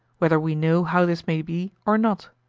whether we know how this may be or not.